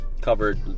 covered